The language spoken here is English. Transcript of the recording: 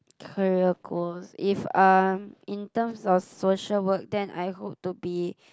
career goals if um in terms of social work then I hope to be